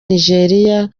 nigeria